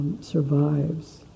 survives